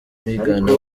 bingana